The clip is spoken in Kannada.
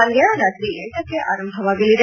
ಪಂದ್ಯ ರಾತ್ರಿ ಲಕ್ಕೆ ಆರಂಭವಾಗಲಿದೆ